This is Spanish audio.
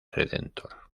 redentor